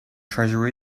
treasure